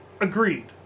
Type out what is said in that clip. Agreed